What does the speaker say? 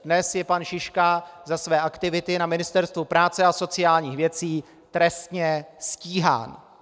Dnes je pan Šiška za své aktivity na Ministerstvu práce a sociálních věcí trestně stíhán.